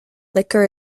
liquor